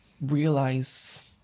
realize